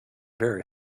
very